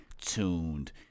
tuned